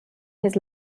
his